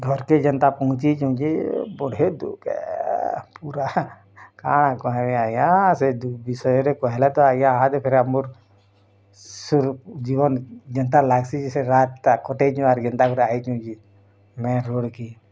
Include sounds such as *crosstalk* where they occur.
ଘର୍ କେ ଯେନ୍ତା ପହଞ୍ଚି *unintelligible* ବଢ଼େ ଦୁଃଖେ ପୁରା କାଁଣ କହିବି ଆଜ୍ଞା ସେ ବିଷୟରେ କହିଲେ ତ ଆଜ୍ଞା *unintelligible* ସିର୍ଫ୍ ଜୀବନ୍ କେନ୍ତା ଲାଗ୍ସି ସେ ରାତ୍ଟା କଟେଇଚି ଆର୍ କେନ୍ତା ଗୁଡ଼ା ହେଇଚି କି ନଏ ରୋଡ଼୍ କି